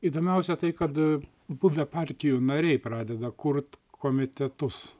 įdomiausia tai kad buvę partijų nariai pradeda kurt komitetus